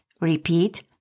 Repeat